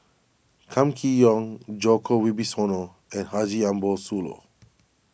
Kam Kee Yong Djoko Wibisono and Haji Ambo Sooloh